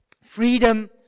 freedom